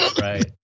Right